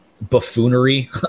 buffoonery